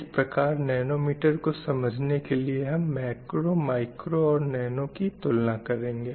इस प्रकार nano meter को समझने की लिए हम मैक्रो माइक्रो और नैनो की तुलना करेंगे